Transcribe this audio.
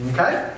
Okay